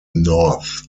north